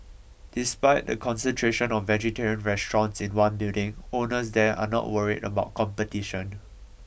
despite the concentration of vegetarian restaurants in one building owners there are not worried about competition